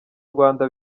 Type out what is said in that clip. rwanda